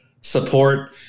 support